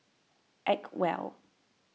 Acwell